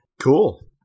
cool